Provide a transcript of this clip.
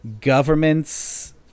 governments